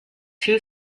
two